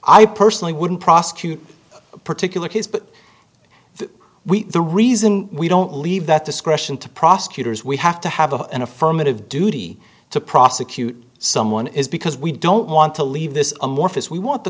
i personally wouldn't prosecute a particular case but we the reason we don't leave that discretion to prosecutors we have to have a an affirmative duty to prosecute someone is because we don't want to leave this amorphous we want the